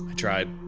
tried.